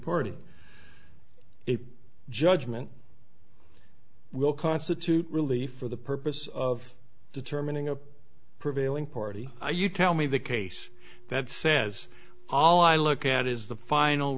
party a judgment will constitute relief for the purpose of determining a prevailing party or you tell me the case that says all i look at is the final